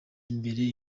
imbere